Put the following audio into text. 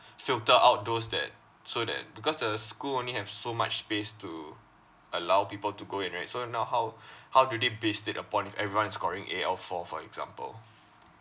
filter out those that so that because the school only have so much space to allow people to go in right so now how how do they based it upon if everyone scoring A_L four for example